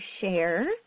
share